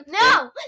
No